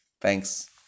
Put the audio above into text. Thanks